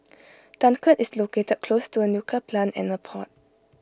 Dunkirk is located close to A nuclear plant and A port